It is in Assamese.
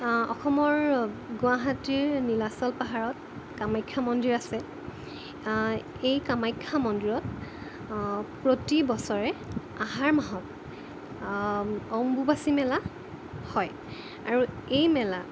অসমৰ গুৱাহাটীৰ নীলাচল পাহাৰত কামাখ্যা মন্দিৰ আছে এই কামাখ্যা মন্দিৰত প্ৰতি বছৰে আহাৰ মাহত অম্বুবাচী মেলা হয় আৰু এই মেলা